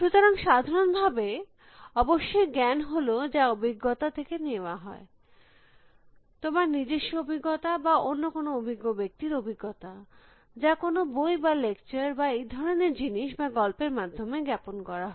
সুতরাং সাধারণ ভাবে অবশ্যই জ্ঞান হল যা অভিজ্ঞতা থেকে নেওয়া হয় হয় তোমার নিজস্ব অভিজ্ঞতা বা অন্য কোনো অভিজ্ঞ ব্যক্তির অভিজ্ঞতা যা কোনো বই বা লেকচার বা এই ধরনের জিনিস বা গল্পের মাধ্যমে জ্ঞাপন করা হয়